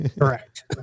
Correct